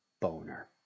boner